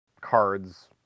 cards